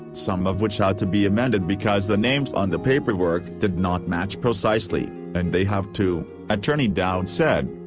some of which had to be amended because the names on the paperwork did not match precisely and they have to, attorney dowd said.